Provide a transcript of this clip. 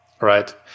Right